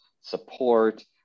support